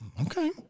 okay